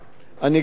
אני גם יודע